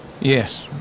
Yes